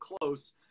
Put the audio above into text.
close